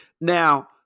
Now